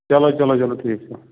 چلو چلو چلو ٹھیٖک چھُ